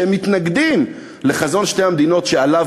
והם מתנגדים לחזון שתי המדינות שעליו